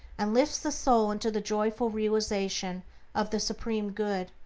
and lifts the soul into the joyful realization of the supreme good.